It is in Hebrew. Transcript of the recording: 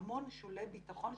המון שולי ביטחון,